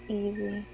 easy